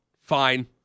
fine